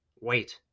Wait